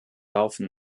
laufen